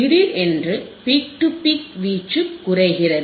திடீரென்று peak to peak வீச்சு குறைகிறது